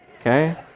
Okay